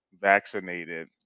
vaccinated